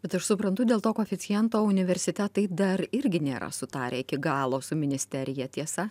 bet aš suprantu dėl to koeficiento universitetai dar irgi nėra sutarę iki galo su ministerija tiesa